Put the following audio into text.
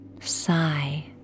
Sigh